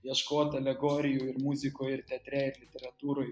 ieškot alegorijų ir muzikoj ir teatre ir literatūroj